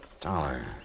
Dollar